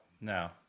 No